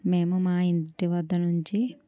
మేము మా ఇంటి వద్ద నుంచి